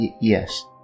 yes